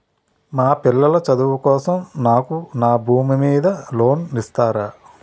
మా పిల్లల చదువు కోసం నాకు నా భూమి మీద లోన్ ఇస్తారా?